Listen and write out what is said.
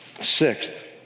Sixth